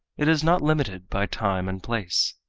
it is not limited by time and place.